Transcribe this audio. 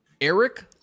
Eric